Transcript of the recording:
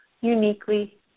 uniquely